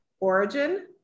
Origin